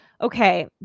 okay